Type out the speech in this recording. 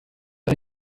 ein